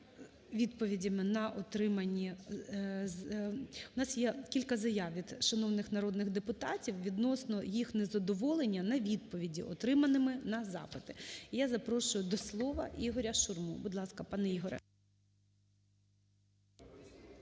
відповідями на отримані… У нас є кілька заяв від шановних народних депутатів відносно їх незадоволення на відповіді, отриманими на запити. І я запрошую до слова Ігоря Шурму. Будь ласка, пане Ігорю.